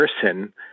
person